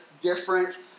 different